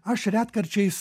aš retkarčiais